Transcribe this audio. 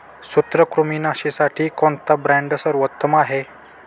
सूत्रकृमिनाशीसाठी कोणता ब्रँड सर्वोत्तम आहे?